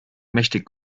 mächtig